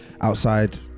outside